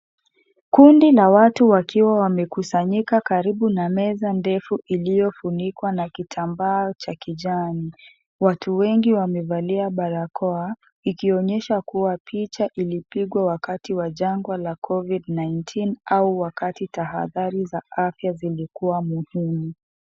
Kundi la watu wakiwa wamekusanyika karibu na meza ndefu iliyofunikwa na kitambaa cha kijani. Watu wengi wamevalia barakoa ikionyesha kuwa picha ilipigwa wakati wa jangwa la Covid-19 au wakati tahadhari za afya zilikuwa muhimu.